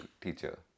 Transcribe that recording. teacher